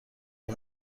خوب